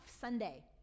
Sunday